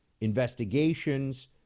investigations